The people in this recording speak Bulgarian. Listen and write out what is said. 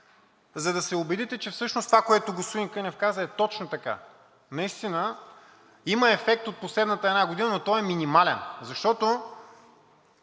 за да се убедите, че всъщност това, което господин Кънев каза, е точно така. Наистина има ефект от последната една година, но той е минимален, както